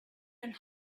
and